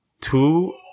two